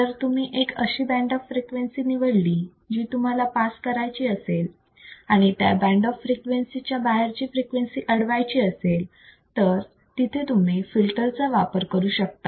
जर तुम्ही एक अशी बंड ऑफ फ्रिक्वेन्सी निवडली जी तुम्हाला पास करायची असेल आणि त्या बंड ऑफ फ्रिक्वेन्सीच्या बाहेरची फ्रिक्वेन्सी अडवायची असेल तर तुम्ही तिथे फिल्टरचा वापर करू शकता